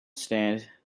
stand